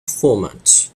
format